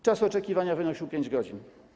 Czas oczekiwania wynosił pięć godzin.